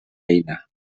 eina